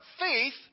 faith